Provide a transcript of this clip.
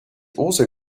also